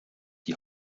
die